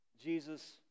Jesus